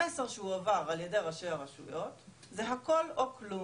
המסר שהועבר על ידי ראשי הרשויות זה הכל או כלום,